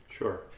Sure